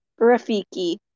Rafiki